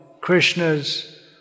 Krishna's